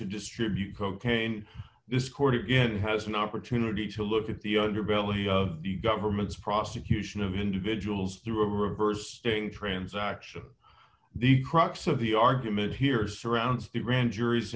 to distribute cocaine this quarter again has an opportunity to look at the underbelly of the government's prosecution of individuals through a reverse sting transaction the crux of the argument here surrounds the grand jur